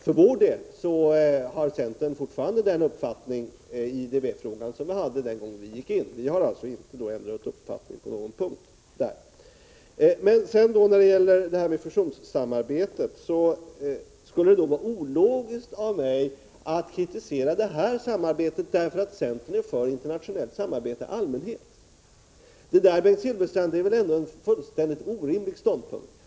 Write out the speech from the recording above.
Centern har fortfarande samma uppfattning i IDB-frågan som vi hade den gång då vi gick in i samarbetet. Vi har inte ändrat uppfattning på någon punkt. Beträffande fusionssamarbetet skulle det vara ologiskt av mig att kritisera detta samarbete, eftersom centern är för internationellt samarbete i allmänhet. Detta är väl en fullständigt orimlig ståndpunkt.